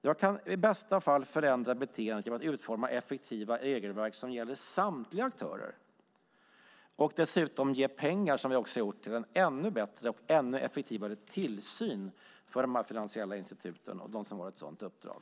Jag kan i bästa fall förändra beteendet genom att utforma effektiva regelverk som gäller samtliga aktörer och dessutom - vilket vi också har gjort - ge pengar till en ännu bättre och ännu mer effektiv tillsyn av de finansiella instituten och dem som har ett sådant uppdrag.